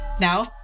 now